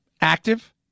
active